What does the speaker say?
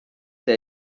see